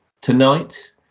tonight